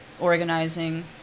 organizing